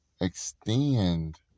Extend